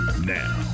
Now